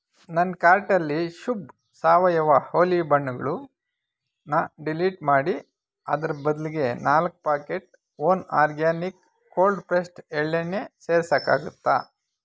ನನ್ನ ಕಾರ್ಟಲ್ಲಿ ಶುಭ್ ಸಾವಯವ ಹೋಲಿ ಬಣ್ಣಗಳು ನ ಡಿಲೀಟ್ ಮಾಡಿ ಅದರ ಬದಲಿಗೆ ನಾಲ್ಕು packet one organic cold pressed ಎಳ್ಳೆಣ್ಣೆ ಸೇರ್ಸೋಕ್ಕಾಗುತ್ತಾ